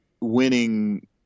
winning